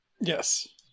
Yes